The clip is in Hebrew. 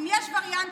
אם יש וריאנטים,